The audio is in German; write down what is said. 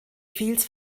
fields